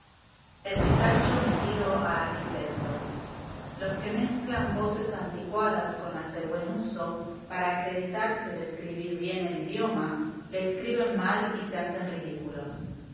el ricacho metido a arquitecto los que mezclan voces anticuadas con las de buen uso para acreditarse de escribir bien el idioma le escriben mal y se hacen ridículos